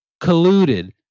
colluded